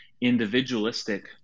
individualistic